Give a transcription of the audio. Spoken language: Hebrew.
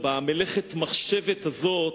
במלאכת מחשבת הזאת,